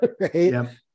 right